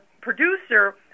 producer